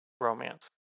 romance